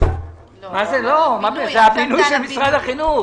זה הבינוי של משרד החינוך